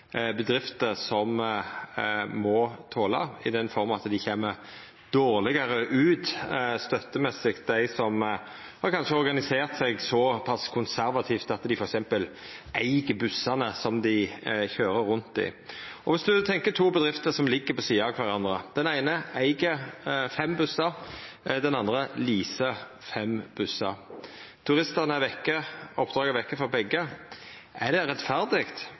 bedrifter som må tola, i den forma at dei som kanskje har organisert seg såpass konservativt at dei f.eks. eig bussane dei køyrer rundt i, kjem dårlegare ut støttemessig. Viss ein tenkjer to bedrifter som ligg ved sida av kvarandre, der den eine eig fem bussar, den andre leasar fem bussar, og der turistane og oppdraga er vekke frå begge: Er det rettferdig